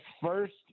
first